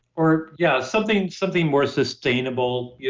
or, yeah, something something more sustainable, yeah